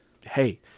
hey